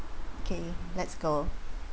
okay let's go